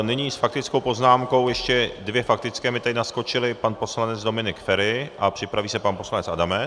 Nyní s faktickou poznámkou ještě dvě faktické mi teď naskočily pan poslanec Dominik Feri a připraví se pan poslanec Adamec.